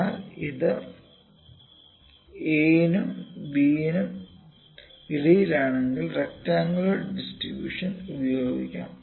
എന്നാൽ ഇത് a നും b നും ഇടയിലാണെങ്കിൽ റെക്ടറാങ്കുലർ ഡിസ്ട്രിബൂഷൻ ഉപയോഗിക്കാം